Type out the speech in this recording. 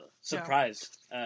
surprised